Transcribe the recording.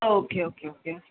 okay okay okay